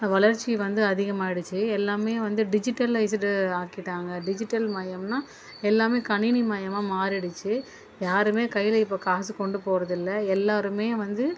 வளர்ச்சி வந்து அதிகமாக ஆயிடுச்சு எல்லாமே வந்து டிஜிட்டலைசுடு ஆக்கிட்டாங்கள் டிஜிட்டல் மையம்ன்னால் எல்லாமே கணினி மையமாக மாறிடுச்சு யாருமே கையில் இப்போ காசு கொண்டு போறதில்லை எல்லாருமே வந்து